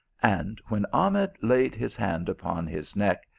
and when ahmed laid his hand upon his neck,